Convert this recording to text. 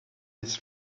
his